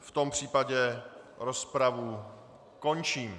V tom případě rozpravu končím.